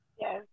yes